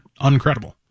uncredible